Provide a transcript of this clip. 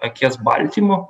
akies baltymo